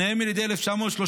שניהם ילידי 1937,